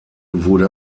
wurde